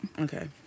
Okay